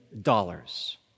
dollars